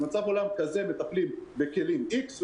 במצב עולם כזה מטפלים בכלים x,